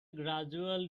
gradual